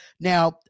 Now